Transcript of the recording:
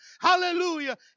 Hallelujah